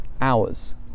hours